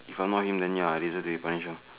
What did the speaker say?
if I'm not him then ya I deserve to be punished